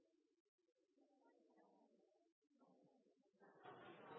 ja